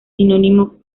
sinónimo